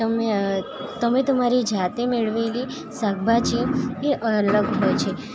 તમે તમે તમારી જાતે મેળવેલી શાકભાજી કે અલગ હોય છે